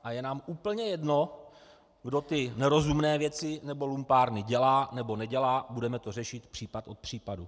A je nám úplně jedno, kdo ty nerozumné věci nebo lumpárny dělá nebo nedělá, budeme to řešit případ od případu.